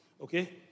okay